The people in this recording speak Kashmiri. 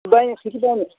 بَنہِ سُہ تہِ بَنہِ